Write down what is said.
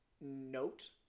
note